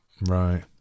right